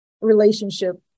relationship